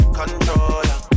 controller